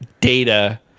data